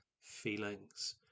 feelings